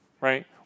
right